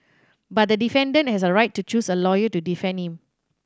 but the defendant has a right to choose a lawyer to defend him